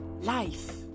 life